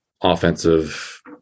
offensive